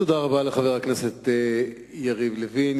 תודה רבה לחבר הכנסת יריב לוין.